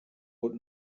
und